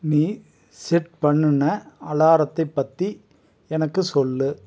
நீ செட் பண்ணின அலாரத்தைப் பற்றி எனக்கு சொல்